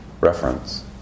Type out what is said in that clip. Reference